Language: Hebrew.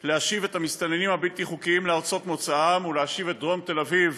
להשיב את המסתננים הבלתי-חוקיים לארצות מוצאם ולהשיב את דרום תל אביב